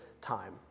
time